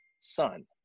son